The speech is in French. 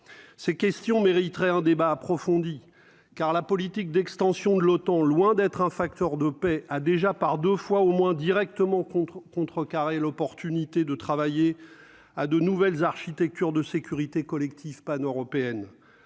ces questions mériteraient un débat approfondi car la politique d'extension de l'OTAN, loin d'être un facteur de paix, a déjà par 2 fois au moins directement contre contrecarrer l'opportunité de travailler à de nouvelles architectures de sécurité collective paneuropéenne